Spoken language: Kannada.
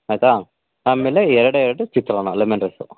ಆಯಿತಾ ಆಮೇಲೆ ಎರಡೇ ಎರಡು ಚಿತ್ರಾನ್ನ ಲೆಮೆನ್ ರೈಸು